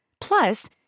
Plus